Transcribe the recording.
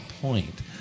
point